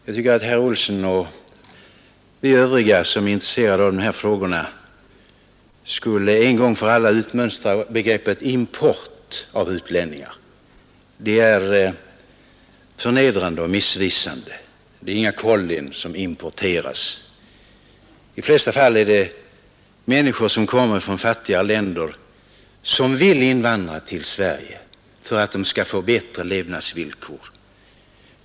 Jag tycker att herr Olsson och övriga som är intresserade av dessa frågor en gång för alla skulle utmönstra begreppet import av utlänningar. Det är förnedrande och missvisande. Det är inga kollin som importeras. I de flesta fall är det människor som kommer från fattiga länder, som vill invandra till Sverige för att få bättre levnadsvillkor.